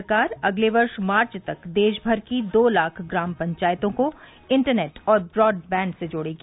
सरकार अगले वर्ष मार्च तक देश भर की दो लाख ग्राम पंचायतों को इंटरनेट और ब्रॉडबैण्ड से जोड़ेगी